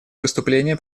выступление